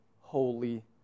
holy